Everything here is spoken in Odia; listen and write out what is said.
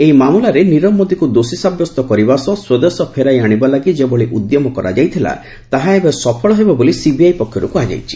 ଏହି ମାମଲାରେ ନିରବ ମୋଦିକୁ ଦୋଷୀ ସାବ୍ୟସ୍ତ କରିବା ସହ ସ୍ୱଦେଶ ଫେରାଇ ଆଶିବା ଲାଗି ଯେଭଳି ଉଦ୍ୟମ କରାଯାଇଥିଲା ତାହା ଏବେ ସଫଳ ହେବ ବୋଲି ସିବିଆଇ ପକ୍ଷର୍ତ୍ତ କୃହାଯାଇଛି